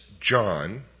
John